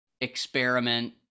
experiment